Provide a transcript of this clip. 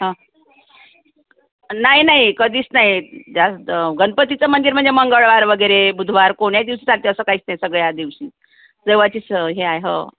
हं नाही नाही कधीच नाही जास्त गणपतीचं मंदिर म्हणजे मंगळवार वगैरे बुधवार कोण्या दिवशी चालते असं काहीच नाही सगळ्या दिवशी जवळचीच हे आहे हो